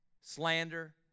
Slander